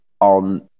on –